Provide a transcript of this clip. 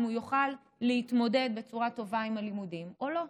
הוא יוכל להתמודד בצורה טובה עם הלימודים או לא.